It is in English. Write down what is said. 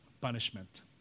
punishment